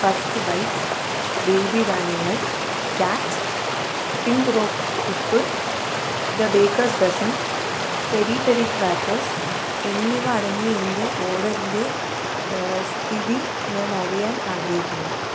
first bites baby ധാന്യങ്ങൾ catch pink rock ഉപ്പ് the bakers dozen peri peri crackers എന്നിവ അടങ്ങിയ എന്റെ ഓർഡറിന്റെ സ്ഥിതി ഞാൻ അറിയാൻ ആഗ്രഹിക്കുന്നു